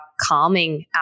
calming